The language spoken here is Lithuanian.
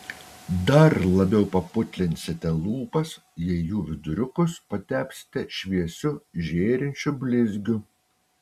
dar labiau paputlinsite lūpas jei jų viduriukus patepsite šviesiu žėrinčiu blizgiu